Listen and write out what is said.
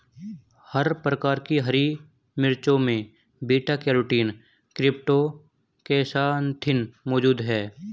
हर प्रकार की हरी मिर्चों में बीटा कैरोटीन क्रीप्टोक्सान्थिन मौजूद हैं